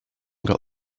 got